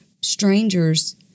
strangers